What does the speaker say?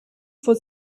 for